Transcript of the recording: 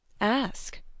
Ask